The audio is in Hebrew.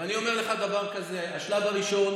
אני אומר לך דבר כזה: השלב הראשון